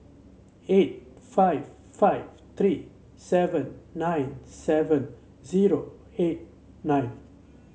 eight five five three seven nine seven zero eight nine